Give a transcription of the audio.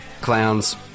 clowns